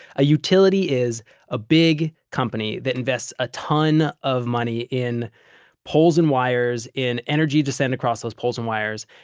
a utility is a big company that invests a ton of money in poles and wires, in energy to send across those poles and wires.